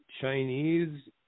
Chinese